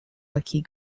hockey